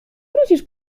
wrócisz